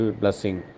blessing